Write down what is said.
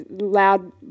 loud